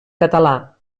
català